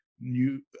new